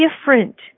different